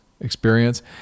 experience